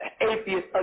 atheist